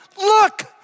Look